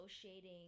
associating